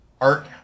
art